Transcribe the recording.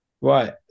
right